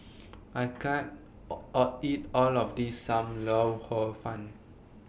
I can't All All eat All of This SAM Lau Hor Fun